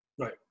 Right